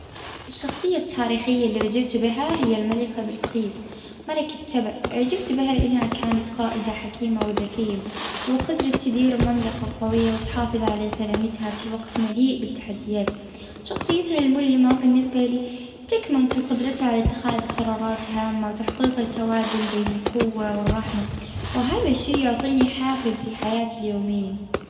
اه ابن خلدون اه يعجبني هلبا اه لأنه سابق عصرة اه وحكيه على المجتمعات بطريقة جديدة اه كلامها يعطيك نظرة عميقة على كيف أن الدنيا تتبدل.